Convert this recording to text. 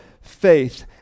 faith